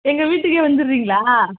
எங்கள் வீட்டுக்கே வந்துடறீங்களா